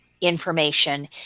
information